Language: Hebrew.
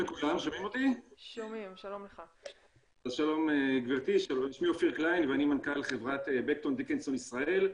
שלום גבירתי, אני מנכ"ל חברת בקטון דיקנסון ישראל,